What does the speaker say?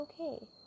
okay